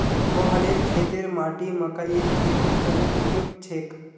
मोहनेर खेतेर माटी मकइर खेतीर तने उपयुक्त छेक